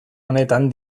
honetan